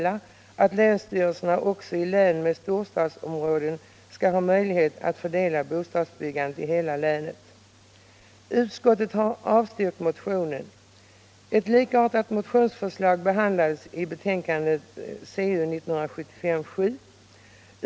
Ett likartat motionsförslag behandlades i civilutskottets betänkande 1975:7.